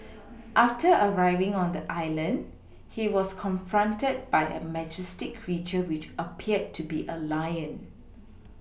after arriving on the island he was confronted by a majestic creature which appeared to be a Lion